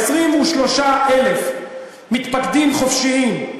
23,000 מתפקדים חופשיים,